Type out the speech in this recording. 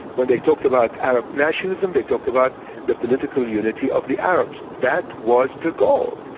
when they talked about arab nationalism, they talked about the political unity of the arabs. that was the goal.